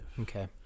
okay